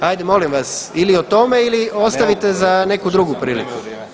Hajde molim vas ili o tome ili ostavite za neku drugu priliku.